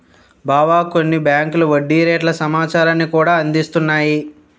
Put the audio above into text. బావా కొన్ని బేంకులు వడ్డీ రేట్ల సమాచారాన్ని కూడా అందిస్తున్నాయి